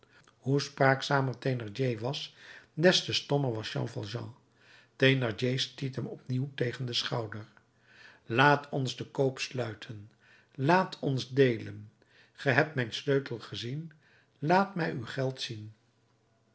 hoe spraakzamer thénardier was des te stommer was jean valjean thénardier stiet hem opnieuw tegen den schouder laat ons den koop sluiten laat ons deelen ge hebt mijn sleutel gezien laat mij uw geld zien